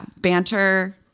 Banter